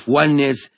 oneness